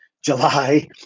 July